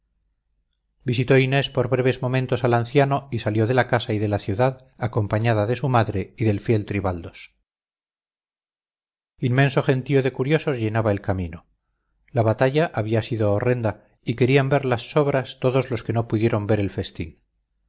visitó inés por breves momentos al anciano y salió de la casa y de la ciudad acompañada de su madre y del fiel tribaldos inmenso gentío de curiosos llenaba el camino la batalla había sido horrenda y querían ver las sobras todos los que no pudieron ver el